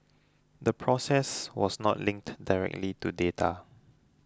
the process was not linked directly to data